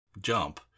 jump